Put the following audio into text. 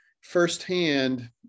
firsthand